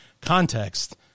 context